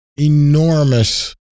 enormous